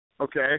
okay